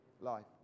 life